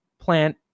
Plant